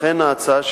לכן ההצעה שלי,